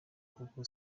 kuko